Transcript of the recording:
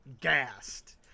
gassed